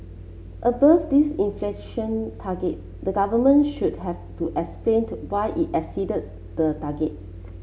above this inflation target the government should have to explain to why it exceeded the target